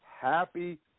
happy